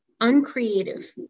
uncreative